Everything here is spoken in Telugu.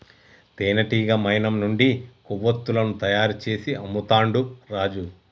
తేనెటీగ మైనం నుండి కొవ్వతులను తయారు చేసి అమ్ముతాండు రాజు